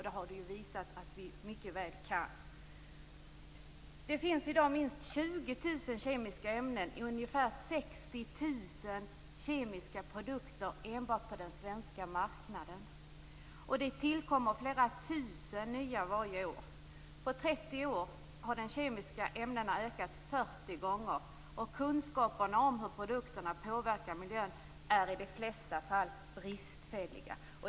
Det har vi också visat att vi mycket väl kan. Det finns i dag minst 20 000 kemiska ämnen och ungefär 60 000 kemiska produkter enbart på den svenska marknaden. Det tillkommer flera tusen nya varje år. På 30 år har antalet kemiska ämnen ökat 40 gånger, och kunskaperna om hur produkterna påverkar miljön är i de flesta fall bristfälliga.